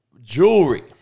jewelry